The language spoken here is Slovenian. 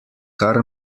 kar